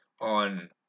on